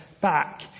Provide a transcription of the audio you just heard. back